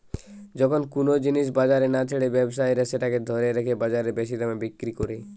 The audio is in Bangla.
যখন কুনো জিনিস বাজারে না ছেড়ে ব্যবসায়ীরা সেটাকে ধরে রেখে বাজারে বেশি দামে বিক্রি কোরে